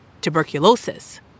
tuberculosis